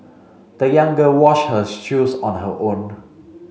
the young girl washed her shoes on her own